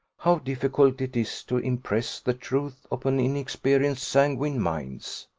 how difficult it is to impress the truth upon inexperienced, sanguine minds